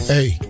Hey